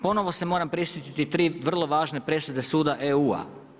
Ponovo se moram prisjetiti tri vrlo važne presude suda EU.